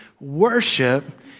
Worship